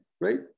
Right